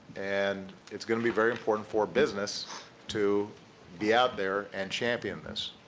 and, it's going to be very important for business to be out there and championing this,